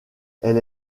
elle